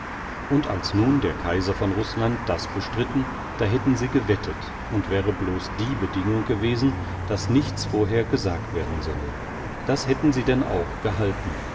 und als nun der kaiser von rußland das bestritten da hätten sie gewettet und wäre blos die bedingung gewesen daß nichts vorher gesagt werden solle das hätten sie denn auch gehalten